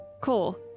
cool